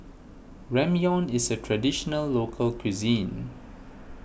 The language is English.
Ramyeon is a Traditional Local Cuisine